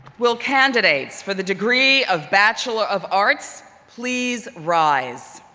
will candidates for the degree of bachelor of arts please rise?